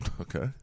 okay